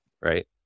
right